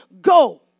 go